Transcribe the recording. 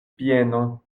bieno